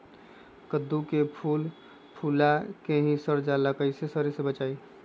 कददु के फूल फुला के ही सर जाला कइसे सरी से बचाई?